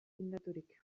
tindaturik